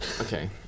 okay